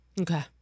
okay